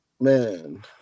man